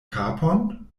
kapon